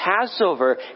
Passover